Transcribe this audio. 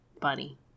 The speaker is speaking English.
bunny